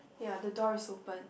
ya the door is open